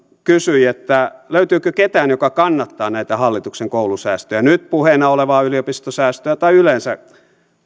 kysyi löytyykö ketään joka kannattaa näitä hallituksen koulusäästöjä nyt puheena olevaa yliopistosäästöä tai yleensä